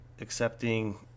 accepting